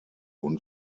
und